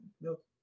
milk